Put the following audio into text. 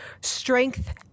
strength